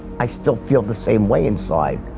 i still feel the same way inside.